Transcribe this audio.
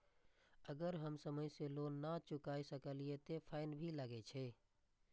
अगर हम समय से लोन ना चुकाए सकलिए ते फैन भी लगे छै?